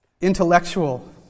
intellectual